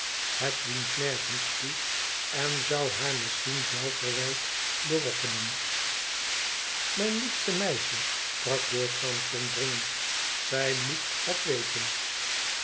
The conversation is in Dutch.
het dient nergens toe en zou haar misschien zelfverwijt berokkenen mijn liefste meisje sprak george sampson dringend zij moet het weten